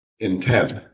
intent